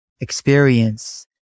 experience